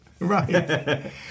Right